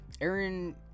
Aaron